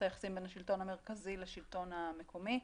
היחסים בין השלטון המרכזי לשלטון המקומי,